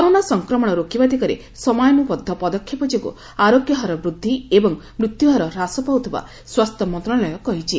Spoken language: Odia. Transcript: କରୋନା ସଂକ୍ରମଣ ରୋକିବା ଦିଗରେ ସମୟାନୁବନ୍ଧ ପଦକ୍ଷେପ ଯୋଗୁଁ ଆରୋଗ୍ୟ ହାର ବୃଦ୍ଧି ଏବଂ ମୃତ୍ୟୁ ହାର ହ୍ରାସ ପାଉଥିବା ସ୍ୱାସ୍ଥ୍ୟ ମନ୍ତ୍ରଣାଳୟ କହିଛି